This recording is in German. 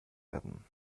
werden